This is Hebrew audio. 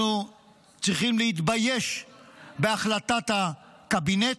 אנחנו צריכים להתבייש בהחלטת הקבינט.